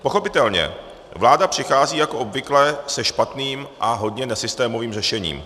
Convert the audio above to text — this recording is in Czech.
Pochopitelně, vláda přichází jako obvykle se špatným a hodně nesystémovým řešením.